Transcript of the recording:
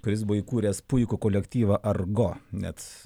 kuris buvo įkūręs puikų kolektyvą argo net